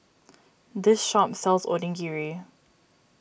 this shop sells Onigiri